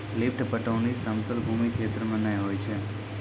lift पटौनी समतल भूमी क्षेत्र मे नै होय छै